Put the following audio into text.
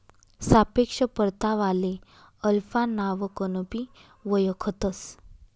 सापेक्ष परतावाले अल्फा नावकनबी वयखतंस